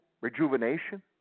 rejuvenation